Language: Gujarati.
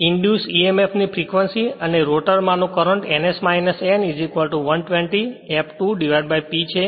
ઇંડ્યુસ emf ની ફ્રેક્વંસી અને રોટર માનો current ns n 120 F2 P છે